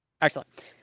Excellent